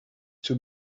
too